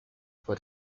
por